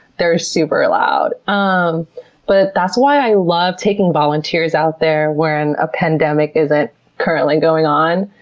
they're super loud. um but that's why i love taking volunteers out there when a pandemic isn't currently going on,